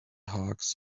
hawks